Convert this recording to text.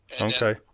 Okay